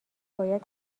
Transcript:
باید